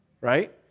right